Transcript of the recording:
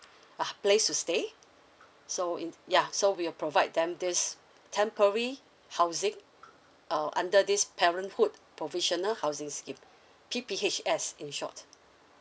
a place to stay so in ya so we will provide them this temporary housing uh under this parenthood provisional housing scheme P_P_H_S in short